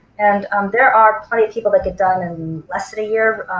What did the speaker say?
and there are plenty of people that get done in less than a year,